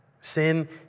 Sin